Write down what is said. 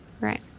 Right